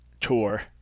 tour